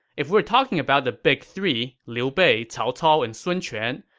if we are talking about the big three liu bei, cao cao, and sun quan,